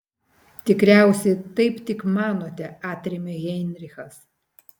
tikriausiai taip tik manote atrėmė heinrichas